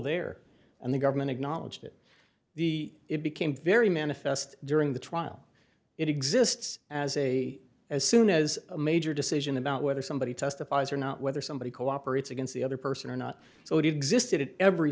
there and the government acknowledged it the it became very manifest during the trial it exists as a as soon as a major decision about whether somebody testifies or not whether somebody cooperates against the other person or not so did existed at every